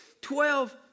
Twelve